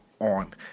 on